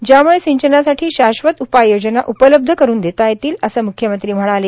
ज्यामुळे सिंचनासाठी शाश्वत उपाय योजना उपलब्ध करून देता येतील असं म्ख्यमंत्री म्हणाले